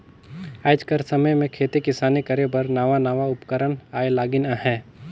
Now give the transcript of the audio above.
आएज कर समे में खेती किसानी करे बर नावा नावा उपकरन आए लगिन अहें